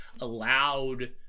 allowed